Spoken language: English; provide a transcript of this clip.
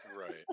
right